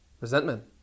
Resentment